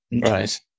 right